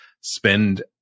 spend